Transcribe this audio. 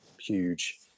huge